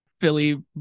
philly